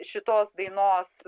šitos dainos